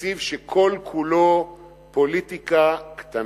תקציב שכל-כולו פוליטיקה קטנה.